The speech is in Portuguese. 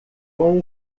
com